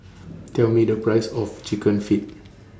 Tell Me The Price of Chicken Feet